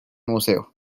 museo